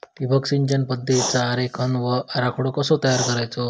ठिबक सिंचन पद्धतीचा आरेखन व आराखडो कसो तयार करायचो?